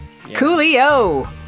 coolio